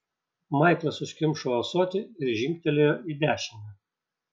maiklas užkimšo ąsotį ir žingtelėjo į dešinę